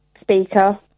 speaker